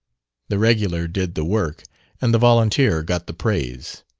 the regular did the work and the volunteer got the praise.